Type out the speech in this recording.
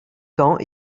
temps